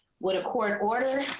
what a court order.